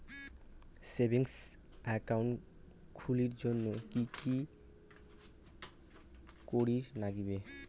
Savings account খুলির জন্যে কি কি করির নাগিবে?